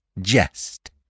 jest